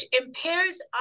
impairs